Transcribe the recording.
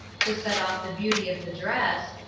to set off the beauty of the dress,